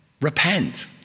Repent